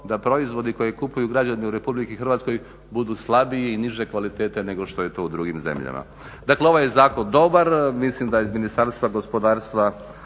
da proizvodi koje kupuju građani u RH budu slabiji i niže kvalitete nego što je to u drugim zemljama. Dakle, ovaj je zakon dobar. Mislim da iz Ministarstva gospodarstva